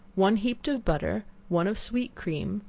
one heaped of butter, one of sweet cream,